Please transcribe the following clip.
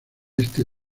este